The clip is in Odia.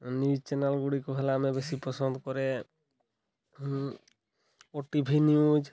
ନ୍ୟୁଜ୍ ଚ୍ୟାନେଲ୍ ଗୁଡ଼ିକୁ ହେଲେ ଆମେ ବେଶୀ ପସନ୍ଦ କରେ ଓ ଟି ଭି ନ୍ୟୁଜ୍